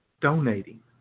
donating